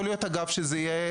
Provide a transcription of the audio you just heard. יכול להיות שזאת תהיה